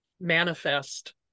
manifest